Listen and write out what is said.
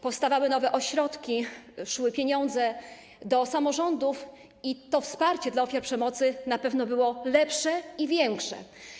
Powstawały nowe ośrodki, szły pieniądze do samorządów i to wsparcie dla ofiar przemocy na pewno było lepsze i większe.